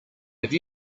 have